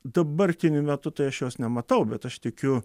dabartiniu metu tai aš jos nematau bet aš tikiu